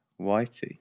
whitey